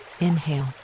inhale